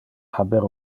haber